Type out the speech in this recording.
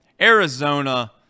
Arizona